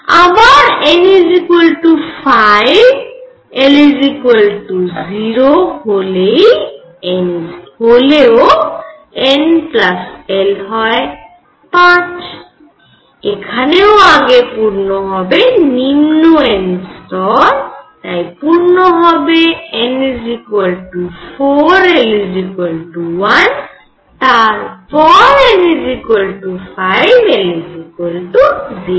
আবার n 5 l 0 হলেই n l হয় 5 এখানেও আগে পূর্ণ হবে নিম্ন n স্তর তাই আগে পূর্ণ হবে n 4 l 1 তারপর n 5 l 0